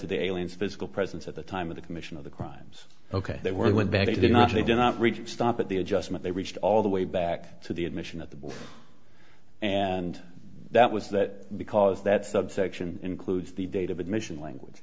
to the alien physical presence at the time of the commission of the crimes ok they were went back they did not they did not reach a stop at the adjustment they reached all the way back to the admission of the and that was that because that subsection includes the date of admission language